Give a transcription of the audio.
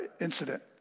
incident